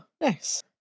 nice